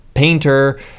Painter